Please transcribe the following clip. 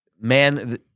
man